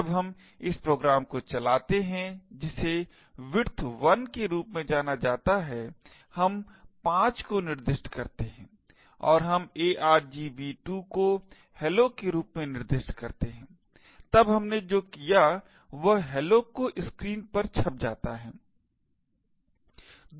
जब हम इस प्रोग्राम को चलाते हैं जिसे width1 के रूप में जाना जाता है हम 5 को निर्दिष्ट करते हैं और हम argv2 को hello के रूप में निर्दिष्ट करते हैं तब हमने जो किया वह hello को स्क्रीन पर छप जाता है